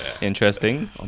Interesting